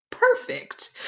perfect